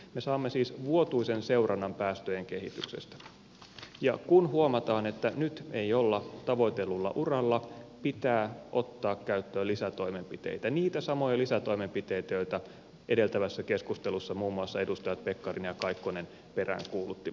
me saamme siis vuotuisen seurannan päästöjen kehityksestä ja kun huomataan että nyt ei olla tavoitellulla uralla pitää ottaa käyttöön lisätoimenpiteitä niitä samoja lisätoimenpiteitä joita edeltävässä keskustelussa muun muassa edustajat pekkarinen ja kaikkonen peräänkuuluttivat